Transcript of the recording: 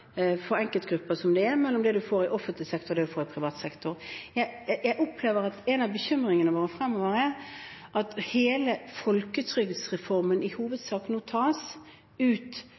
for enkeltgrupper som det er, mellom det de får i offentlig sektor og det de får i privat sektor? Jeg opplever at en av bekymringene våre fremover er at hele folketrygdreformen i hovedsak nå tas ut